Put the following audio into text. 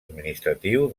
administratiu